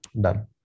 Done